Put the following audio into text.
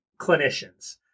clinicians